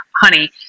honey